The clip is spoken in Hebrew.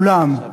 כולם,